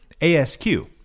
ASQ